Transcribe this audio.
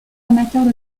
amateurs